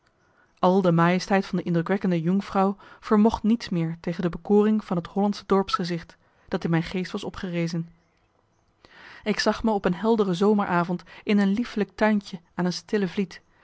al de majesteit van de indrukwekkende jungfrau vermocht niets meer tegen de bekoring van het hollandsche dorpsgezicht dat in mijn geest was opgerezen ik zag me op een heldere zomeravond in een liefelijk tuintje aan een stille vliet